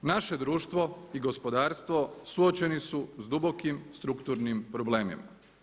Naše društvo i gospodarstvo suočeni su s dubokim strukturnim problemima.